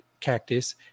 cactus